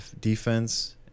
defense